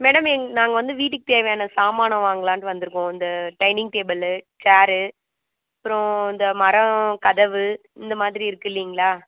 madam எங் நாங்கள் வந்து வீட்டுக்கு தேவையான சாமானை வாங்கலாம்னு வந்திருக்கோம் இந் டைனிங் டேபிளு சேரு அப்புறம் இந்த மரம் கதவு இந்தமாதிரி இருக்குது இல்லைங்களா